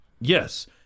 yes